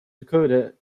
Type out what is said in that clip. dakota